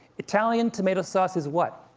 italian tomato sauce is what?